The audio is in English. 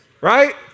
Right